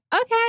okay